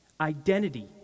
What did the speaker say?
Identity